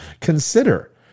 Consider